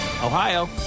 Ohio